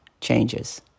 changes